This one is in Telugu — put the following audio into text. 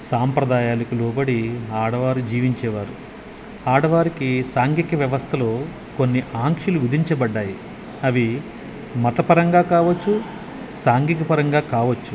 సాంప్రదాయాలకు లోబడి ఆడవారు జీవించేవారు ఆడవారికి సాంఘిక వ్యవస్థలో కొన్ని ఆంక్షలు విధించబడ్డాయి అవి మతపరంగా కావచ్చు సాంఘికపరంగా కావచ్చు